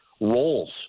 roles